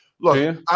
Look